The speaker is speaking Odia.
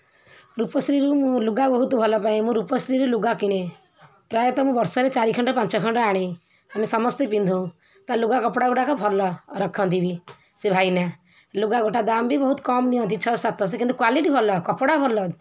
ରୂପଶ୍ରୀରୁ ମୁଁ ଲୁଗା ବହୁତ ଭଲ ପାଏ ମୁଁ ରୂପଶ୍ରୀ ଲୁଗା କିଣେ ପ୍ରାୟତଃ ମୁଁ ବର୍ଷରେ ଚାରି ଖଣ୍ଡ ପାଞ୍ଚ ଖଣ୍ଡ ଆଣେ ଆମେ ସମସ୍ତେ ପିନ୍ଧୁ ତା ଲୁଗା କପଡ଼ା ଗୁଡ଼ାକ ଭଲ ରଖନ୍ତି ବି ସେ ଭାଇନା ଲୁଗା ଗୋଟା ଦାମ୍ ବି ବହୁତ କମ୍ ନିଅନ୍ତି ଛଅଶହ ସାତଶହ ସେ କିନ୍ତୁ କ୍ଵାଲିଟି ଭଲ କପଡ଼ା ଭଲ